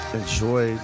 enjoy